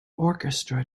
orchestra